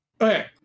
Okay